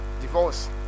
divorce